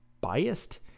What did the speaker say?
biased